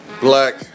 black